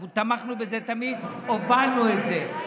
אנחנו תמכנו בזה תמיד, הובלנו את זה.